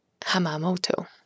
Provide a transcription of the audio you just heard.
Hamamoto